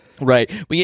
Right